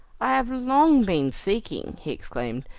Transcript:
i have long been seeking, he exclaimed,